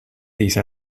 these